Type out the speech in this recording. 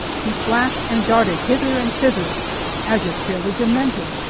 he flashed and darted hither and thither as if fairly demented,